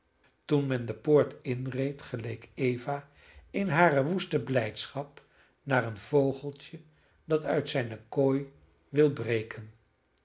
toen men de poort inreed geleek eva in hare woeste blijdschap naar een vogeltje dat uit zijne kooi wil breken